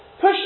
push